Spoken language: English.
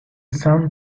sun